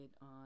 on